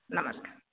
ନମସ୍କାର